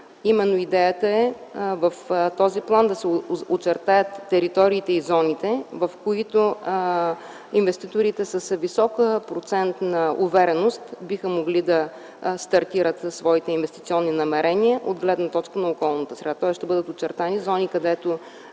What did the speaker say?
план. Идеята е в този план да се очертаят териториите и зоните, в които инвеститорите с висок процент на увереност биха могли да стартират своите инвестиционни намерения от гледна точка на околната среда, тоест ще бъдат очертани зони, където